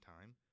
time